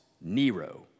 Nero